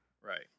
right